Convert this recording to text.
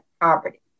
poverty